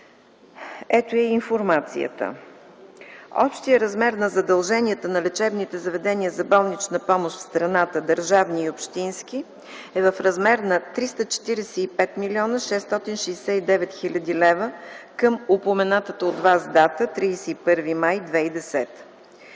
Ето и информацията. Общият размер на задълженията на лечебните заведения за болнична помощ в страната – държавни и общински, е в размер на 345 млн. 669 хил. лв. към упоменатата от вас дата – 31 май 2010